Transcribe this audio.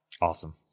Awesome